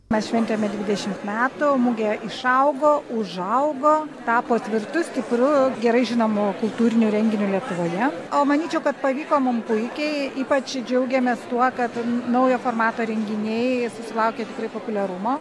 mes šventėme dvidešimt metų mugė išaugo užaugo tapo tvirtu stipru gerai žinomu kultūriniu renginiu lietuvoje o manyčiau kad pavyko mums puikiai ypač džiaugiamės tuo kad naujo formato renginiai susilaukė tikrai populiarumo